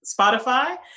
Spotify